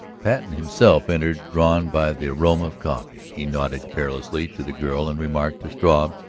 patten himself entered, drawn by the aroma of coffee. he nodded carelessly to the girl and remarked to struve,